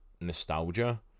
nostalgia